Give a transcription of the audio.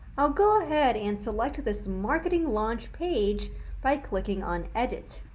i'll go ahead and select this marketing launch page by clicking on edit,